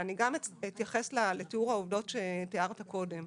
ואני גם אתייחס לתיאור העובדות שתיארת קודם,